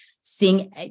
seeing